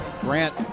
Grant